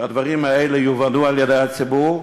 יובנו בציבור,